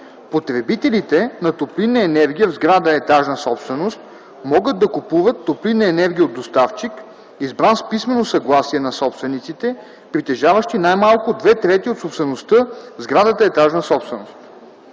Потребителите на топлинна енергия в сграда – етажна собственост могат да купуват топлинна енергия от доставчик, избран с писмено съгласие на собствениците, притежаващи най-малко две трети от собствеността в сградата – етажна собственост.”